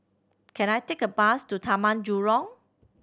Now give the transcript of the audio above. can I take a bus to Taman Jurong